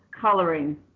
coloring